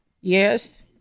Yes